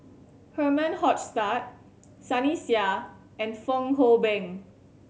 Herman Hochstadt Sunny Sia and Fong Hoe Beng